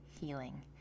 healing